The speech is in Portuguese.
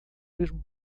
mesmo